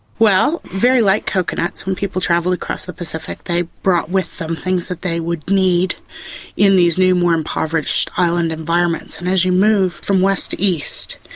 well, very like coconuts, when people travelled across the pacific they brought with them things that they would need in these new, more impoverished island environments. and as you move from west to east,